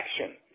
action